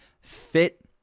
fit